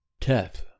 Teth